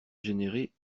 générer